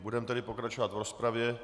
Budeme tedy pokračovat v rozpravě.